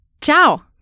Ciao